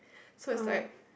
so it's like